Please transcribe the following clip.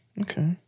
Okay